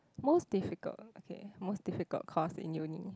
most difficult okay most difficult course in uni